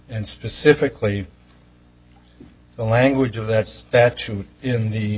and specifically the language of that statute in the